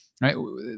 right